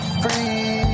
free